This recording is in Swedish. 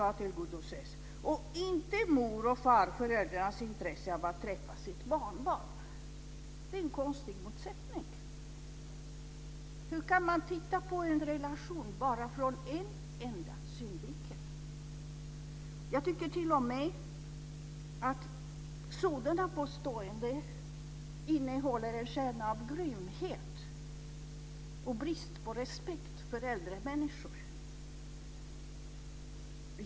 Inte ett ord om mor och farföräldrarnas intresse av att träffa sitt barnbarn! Det är en konstig motsättning. Hur kan man se på en relation bara från en enda synvinkel? Jag tycker t.o.m. att sådana påståenden innehåller en kärna av grymhet och brist på respekt för äldre människor.